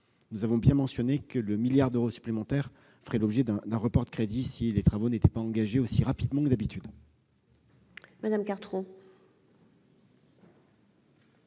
nous avons bien mentionné que le milliard d'euros supplémentaires feraient l'objet d'un report de crédits si les travaux n'étaient pas engagés aussi rapidement que d'habitude. La parole